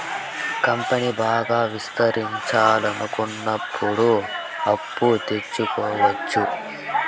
కంపెనీని బాగా విస్తరించాలనుకున్నప్పుడు అప్పు తెచ్చుకోవచ్చు